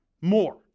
more